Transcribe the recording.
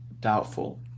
doubtful